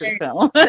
film